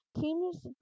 Teams